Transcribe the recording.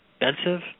Expensive